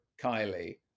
Kylie